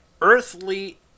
earthly